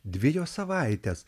dvi jos savaites